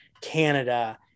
Canada